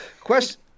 Question